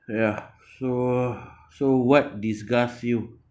ya so so what disgusts you